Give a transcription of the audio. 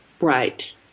Right